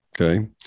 okay